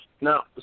Now